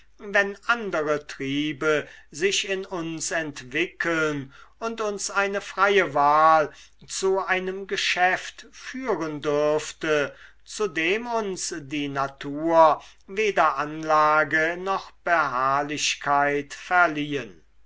wenn andere triebe sich in uns entwickeln und uns eine freie wahl zu einem geschäft führen dürfte zu dem uns die natur weder anlage noch beharrlichkeit verliehen